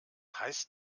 heißt